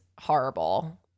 horrible